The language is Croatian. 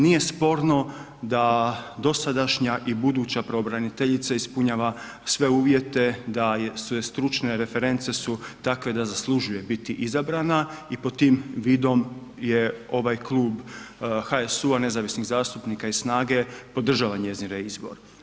Nije sporno da dosadašnja i buduća pravobraniteljica ispunjava sve uvjete, da su joj stručne reference takve da zaslužuje biti izabrana i pod tim vidom je ovaj klub HSU-a, nezavisnih zastupnika i SNAGA-e podržava njezin reizbor.